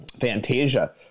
Fantasia